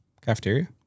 cafeteria